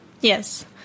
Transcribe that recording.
Yes